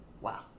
wow